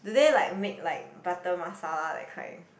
do they like make like Butter Masala that kind